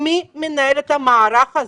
מי מנהל את המערך הזה?